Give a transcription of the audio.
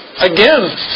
Again